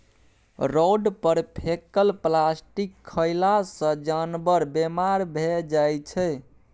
road पर फेकल plastic खएला सँ जानबर बेमार भए जाइ छै